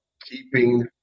keeping